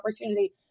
opportunity